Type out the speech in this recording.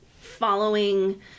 following